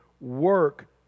work